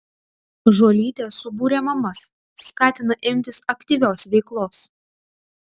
žuolytė subūrė mamas skatina imtis aktyvios veiklos